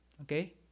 Okay